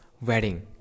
Wedding